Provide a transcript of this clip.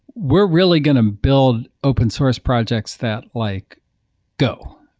we're really going to build open source projects that like go.